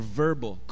verbal